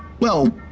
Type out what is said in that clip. well,